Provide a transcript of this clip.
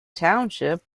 township